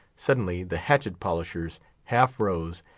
suddenly the hatchet-polishers half rose,